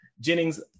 Jennings